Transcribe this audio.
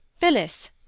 Phyllis